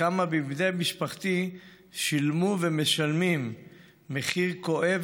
וכמה מבני משפחתי שילמו ומשלמים מחיר כואב